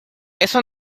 eso